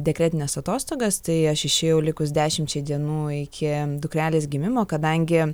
dekretines atostogas tai aš išėjau likus dešimčiai dienų iki dukrelės gimimo kadangi